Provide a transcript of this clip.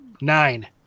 nine